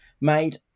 made